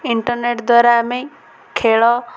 internet ଦ୍ୱାରା ଆମେ ଖେଳ